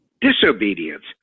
disobedience